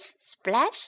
splash